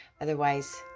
Otherwise